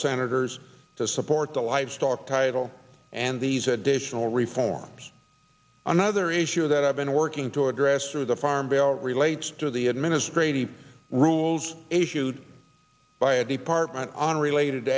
senators to support the livestock title and these additional reforms another issue that i've been working to address through the farm bill relates to the administrative rules issued by a department on related